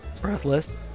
breathless